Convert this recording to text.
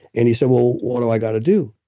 and he said well, what do i got to do?